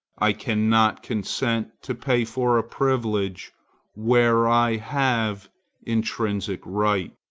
i cannot consent to pay for a privilege where i have intrinsic right.